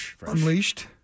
Unleashed